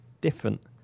different